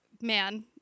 man